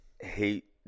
hate